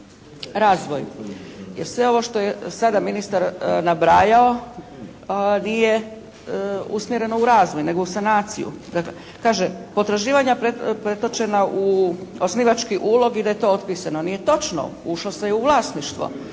razvoj. Jer sve ovo što je sada ministar nabrajao nije usmjereno u razvoj nego u sanaciju. Dakle kaže: «Potraživanja pretočena u osnivački ulog i da je to otpisano.» Nije točno. Ušlo se je u vlasništvo